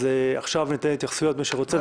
עכשיו ניתן התייחסויות, למי שרוצה.